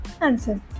answer